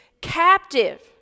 captive